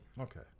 Okay